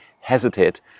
hesitate